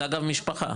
זה אגב משפחה.